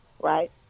right